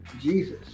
Jesus